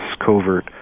covert